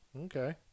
Okay